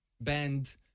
band